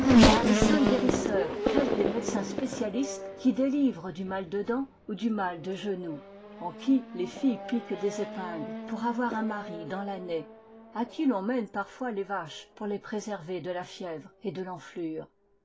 les saints guérisseurs tels des médecins spécialistes qui délivrent du mal de dents ou du mal de genou en qui les filles piquent des épingles pour avoir un mari dans l'année à qui l'on mène parfois les vaches pour les préserver de la fièvre et de l'enflure